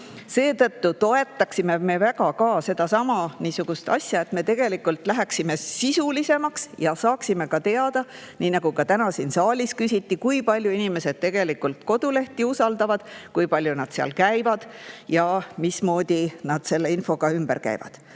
Seetõttu me toetame väga seda, et me läheksime sisulisemaks ja saaksime teada, nii nagu ka täna siin saalis küsiti, kui palju inimesed tegelikult kodulehti usaldavad, kui palju nad seal käivad ja mismoodi nad selle infoga ümber käivad.